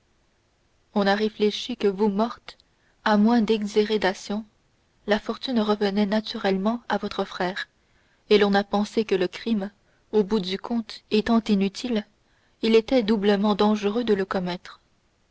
on a réfléchi que vous morte à moins d'exhérédation la fortune revenait naturellement à votre frère et l'on a pensé que le crime au bout du compte étant inutile il était doublement dangereux de le commettre